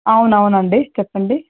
అవును అవునండి చెప్పండి